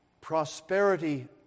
prosperity